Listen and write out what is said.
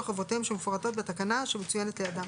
חובותיהם שמפורטות בתקנה שמצוינת לידם: